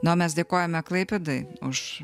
na mes dėkojame klaipėdai už